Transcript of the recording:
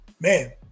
man